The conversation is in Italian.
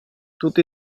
tutti